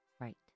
right